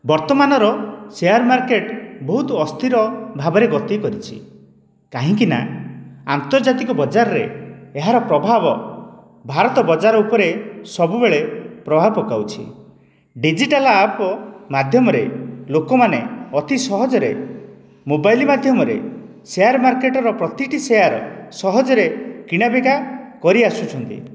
ବର୍ତ୍ତମାନର share market ବହୁତ ଅସ୍ଥିର ଭାବରେ ଗତି କରିଛି କାହିଁକି ନା ଆନ୍ତର୍ଜାତିକ ବଜାରରେ ଏହାର ପ୍ରଭାବ ଭାରତ ବଜାର ଉପରେ ସବୁବେଳେ ପ୍ରଭାବ ପକାଉଛି ଡିଜିଟାଲ ଆପ୍ ମାଧ୍ୟମରେ ଲୋକମାନେ ଅତି ସହଜରେ ମୋବାଇଲ ମାଧ୍ୟମରେ ସେୟାର ମାର୍କେଟର ପ୍ରତିଟି ସେୟାର ସହଜରେ କିଣାବିକା କରିଆସୁଛନ୍ତି